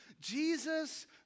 Jesus